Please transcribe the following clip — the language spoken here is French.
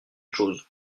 chose